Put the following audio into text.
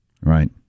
Right